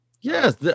Yes